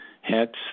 het